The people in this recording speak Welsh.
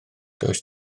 does